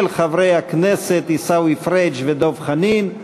של חברי הכנסת עיסאווי פריג' ודב חנין.